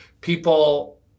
people